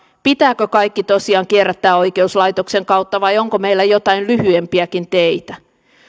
pitääkö kaikki tosiaan kierrättää oikeuslaitoksen kautta vai onko meillä joitain lyhyempiäkin teitä